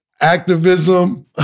activism